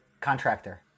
contractor